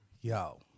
yo